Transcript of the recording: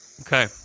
Okay